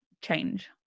change